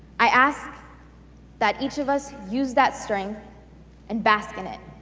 i ask that each of us use that strength and bask in it